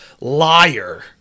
liar